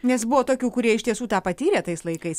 nes buvo tokių kurie iš tiesų tą patyrė tais laikais